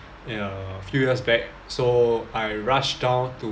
ya a few years back so I rushed down to